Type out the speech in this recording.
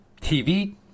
TV